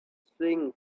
swing